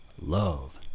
love